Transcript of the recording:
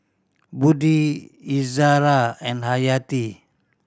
Budi Izara and Hayati